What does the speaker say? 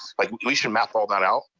like we should map all that out.